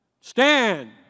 stand